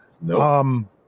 No